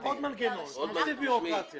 עוד מנגנון, תוסיף ביורוקרטיה.